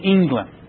England